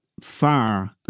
far